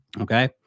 Okay